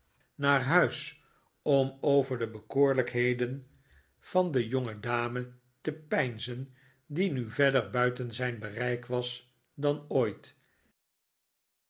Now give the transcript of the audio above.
naar huis om over de bekoorlijkheden van de jongedame te peinzen die nu verder buiten zijn bereik was dan ooit